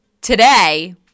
today